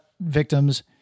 victims